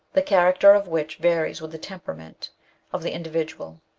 the character of which varies with the temperament of the individual.